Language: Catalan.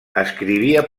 escrivia